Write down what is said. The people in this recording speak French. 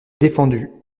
défendu